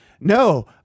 no